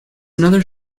another